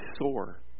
sore